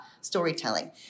storytelling